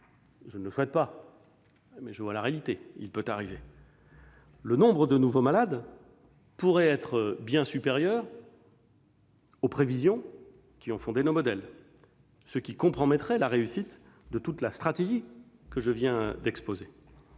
je ne le souhaite pas, mais il peut avoir lieu -, le nombre de nouveaux malades pourrait être bien supérieur aux prévisions qui ont fondé nos modèles, ce qui compromettrait la réussite de toute la stratégie que je viens d'exposer.